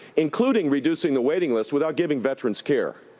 including reducing the waiting lists, without giving veterans care.